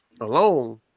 alone